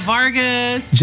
Vargas